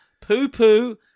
poo-poo